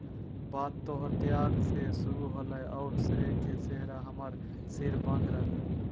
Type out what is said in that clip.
बात तोहर त्याग से शुरू होलय औरो श्रेय के सेहरा हमर सिर बांध रहलय